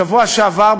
בשבוע שעבר,